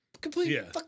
Completely